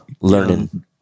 learning